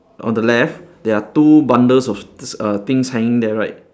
on the left there are two bundles of tis~ uh things hanging there right